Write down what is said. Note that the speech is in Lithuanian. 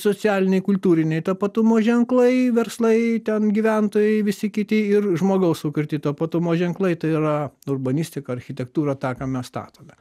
socialiniai kultūriniai tapatumo ženklai verslai ten gyventojai visi kiti ir žmogaus sukurti tapatumo ženklai tai yra urbanistika architektūra tą kam mes statome